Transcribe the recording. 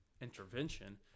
intervention